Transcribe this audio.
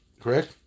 Correct